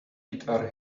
guitar